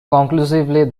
conclusively